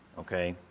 okay?